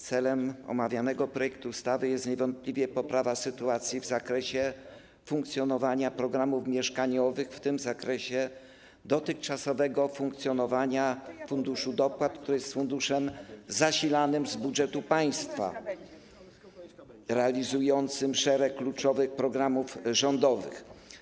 Celem omawianego projektu ustawy jest niewątpliwie poprawa sytuacji w zakresie funkcjonowania programów mieszkaniowych, w tym w zakresie dotychczasowego funkcjonowania funduszu dopłat, który jest funduszem zasilanym z budżetu państwa realizującym szereg kluczowych programów rządowych.